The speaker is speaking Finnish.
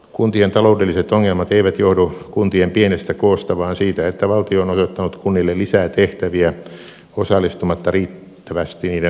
kuntien taloudelliset ongelmat eivät johdu kuntien pienestä koosta vaan siitä että valtio on osoittanut kunnille lisää tehtäviä osallistumatta riittävästi niiden rahoittamiseen